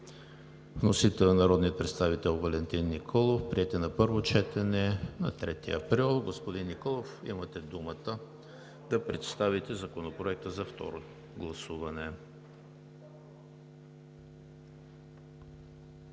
Вносител е народният представител Валентин Николов. Приет е на първо четене на 3 април 2020 г. Господин Николов, имате думата да представите Законопроекта за второ гласуване.